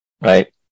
right